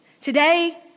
Today